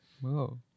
Whoa